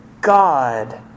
God